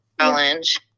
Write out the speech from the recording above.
challenge